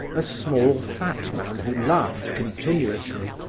a small fat man who laughed continuously,